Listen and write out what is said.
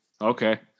Okay